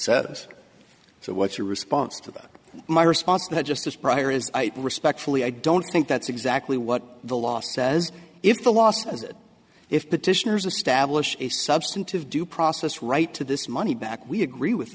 says so what's your response to that my response that just as prior as i respectfully i don't think that's exactly what the law says if the law says that if petitioners establish a substantive due process right to this money back we agree with